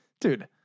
dude